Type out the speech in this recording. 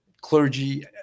clergy